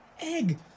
Egg